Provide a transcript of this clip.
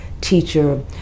teacher